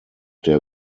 der